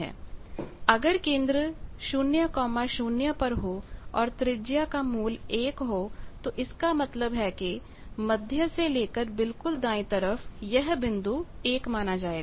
अगर केंद्र 00 पर हो और त्रिज्या का मूल्य 1 हो तो इसका मतलब है कि मध्य से लेकर बिल्कुल दाएं तरफ यह बिंदु 1 माना जाएगा